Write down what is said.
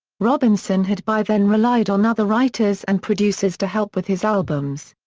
robinson had by then relied on other writers and producers to help with his albums.